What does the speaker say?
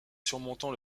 surmontant